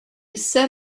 set